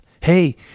Hey